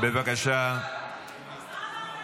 --- נצח יהודה על